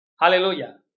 Hallelujah